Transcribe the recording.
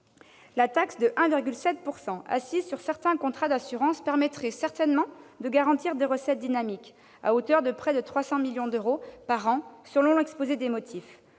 La taxe de 1,7 % assise sur certains contrats d'assurance permettrait certainement de garantir des recettes dynamiques, à hauteur de près de 300 millions d'euros par an, selon l'exposé des motifs